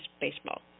baseball